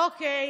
אוקיי.